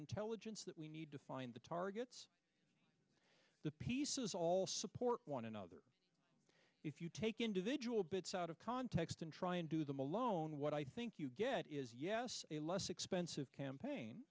intelligence that we need to find the targets the pieces all support one another if you take individual bits out of context and try and do them alone what i think you get is yes a less expensive campaign